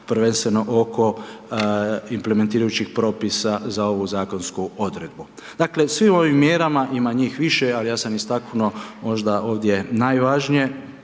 prvenstveno oko implementirajućih propisa za ovu zakonsku odredbu. Dakle, u svim ovim mjerama ima njih više, ali ja sam istaknuo možda ovdje najvažnije,